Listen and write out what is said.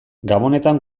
gabonetan